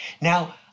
Now